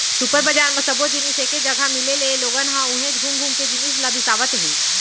super बजार म सब्बो जिनिस एके जघा मिले ले लोगन ह उहेंच घुम घुम के जिनिस ल बिसावत हे